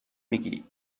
میگی